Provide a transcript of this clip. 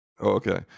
okay